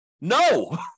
No